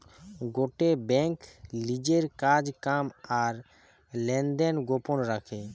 গটে বেঙ্ক লিজের কাজ কাম আর লেনদেন গোপন রাখে